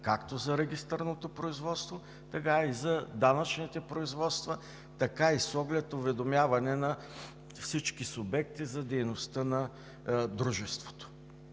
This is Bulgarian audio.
както за регистърното производство, така и за данъчните производства, така и с оглед уведомяване на всички субекти за дейността на дружеството.